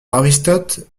aristote